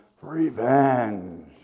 Revenge